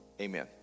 amen